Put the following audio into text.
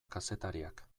kazetariak